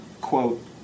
quote